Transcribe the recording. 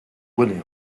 william